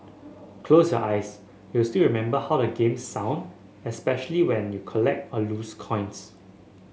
close your eyes you'll still remember how the game sound especially when you collect or lose coins